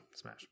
Smash